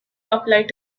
applied